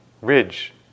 ridge